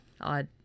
Odd